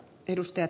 puhemies